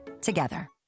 together